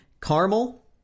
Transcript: caramel